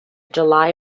july